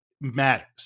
matters